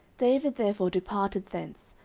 david therefore departed thence,